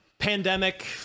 pandemic